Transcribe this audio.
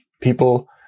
People